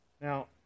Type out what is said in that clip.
Now